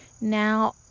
now